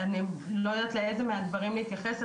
אני לא יודעת לאיזה מהדברים להתייחס,